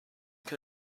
can